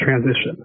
transition